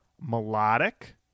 melodic